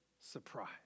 surprise